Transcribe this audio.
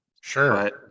Sure